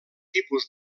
tipus